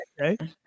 Okay